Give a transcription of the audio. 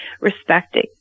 respecting